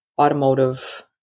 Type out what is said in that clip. automotive